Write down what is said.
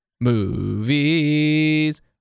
Movies